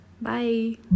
Bye